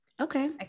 Okay